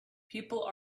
people